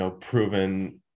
proven